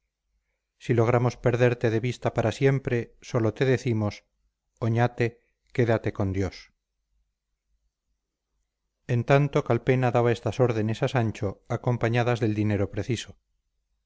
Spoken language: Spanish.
si logramos perderte de vista para siempre sólo te decimos oñate quédate con dios en tanto calpena daba estas órdenes a sancho acompañadas del dinero preciso